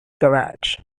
garage